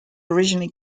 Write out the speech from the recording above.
originally